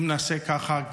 אם נעשה ככה,